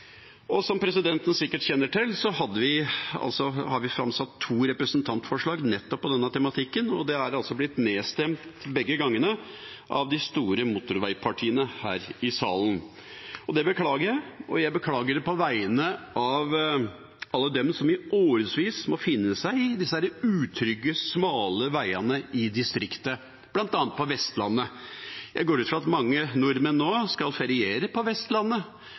Som presidenten sikkert kjenner til, har vi framsatt to representantforslag om nettopp denne tematikken. De har blitt nedstemt begge ganger av de store motorveipartiene her i salen. Det beklager jeg, og jeg beklager det på vegne av alle dem som i årevis må finne seg i disse utrygge og smale veiene i distriktet, bl.a. på Vestlandet. Jeg går ut fra at mange nordmenn nå skal feriere på Vestlandet.